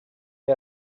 you